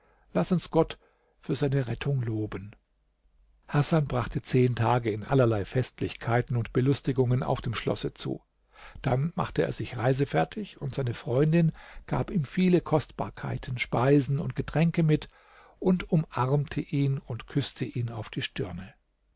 laß uns gott für seine rettung loben hasan brachte zehn tage in allerlei festlichkeiten und belustigungen auf dem schlosse zu dann machte er sich reisefertig und seine freundin gab ihm viele kostbarkeiten speisen und getränke mit und umarmte ihn und küßte ihn auf die stirne